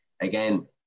again